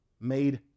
made